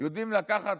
יודעים לקחת